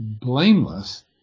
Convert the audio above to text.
blameless